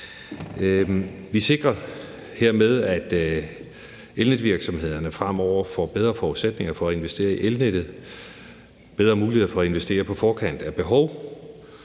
Vi sikrer hermed, at elnetvirksomhederne fremover får bedre forudsætninger for at investere i elnettet og bedre muligheder for at investere på forkant af behov,